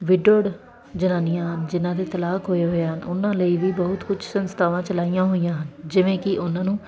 widowed ਜਨਾਨੀਆਂ ਜਿਹਨਾਂ ਦੇ ਤਲਾਕ ਹੋਏ ਹੋਏ ਆ ਉਹਨਾਂ ਲਈ ਵੀ ਬਹੁਤ ਕੁਛ ਸੰਸਥਾਵਾਂ ਚਲਾਈਆਂ ਹੋਈਆਂ ਹਨ ਜਿਵੇਂ ਕਿ ਉਹਨਾਂ ਨੂੰ